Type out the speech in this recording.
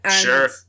Sure